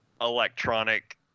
electronic